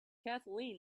kathleen